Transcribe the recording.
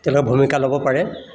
তেওঁলোকৰ ভূমিকা ল'ব পাৰে